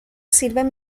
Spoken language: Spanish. sirven